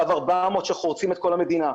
קו 400 שחוצים את כל המדינה,